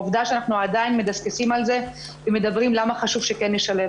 עובדה שאנחנו עדיין מדסקסים על זה ומדברים למה חשוב שנשלב.